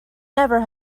never